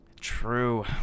True